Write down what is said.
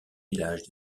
villages